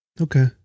Okay